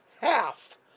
half